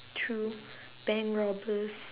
true bank robbers